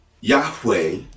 Yahweh